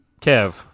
Kev